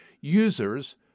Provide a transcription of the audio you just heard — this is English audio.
users